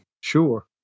Sure